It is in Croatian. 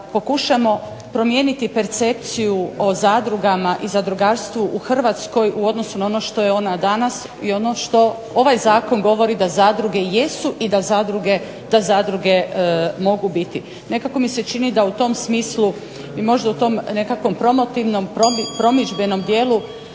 pokušamo promijeniti percepciju o zadrugama i zadrugarstvu u Hrvatskoj u odnosu na ono što je ona danas, i ono što ovaj zakon govori da zadruge jesu i da zadruge mogu biti. Nekako mi se čini da u tom smislu i možda u tom nekakvom promotivnom, promidžbenom dijelu